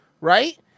Right